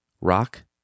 rock